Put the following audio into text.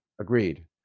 Agreed